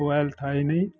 mobile था ही नहीं